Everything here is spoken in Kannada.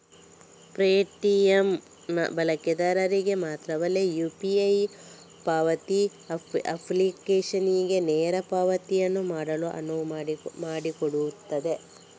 ಪೇಟಿಎಮ್ ನ ಬಳಕೆದಾರರಿಗೆ ಮಾತ್ರವಲ್ಲದೆ ಯು.ಪಿ.ಐ ಪಾವತಿ ಅಪ್ಲಿಕೇಶನಿಗೆ ನೇರ ಪಾವತಿಗಳನ್ನು ಮಾಡಲು ಅನುವು ಮಾಡಿಕೊಡುತ್ತದೆ